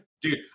Dude